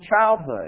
childhood